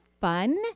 fun